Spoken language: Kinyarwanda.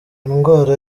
ndwara